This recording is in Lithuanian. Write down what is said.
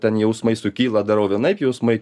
ten jausmai sukyla darau vienaip jausmai